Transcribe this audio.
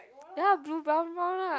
ya blue brown brown ah